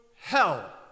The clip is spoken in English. hell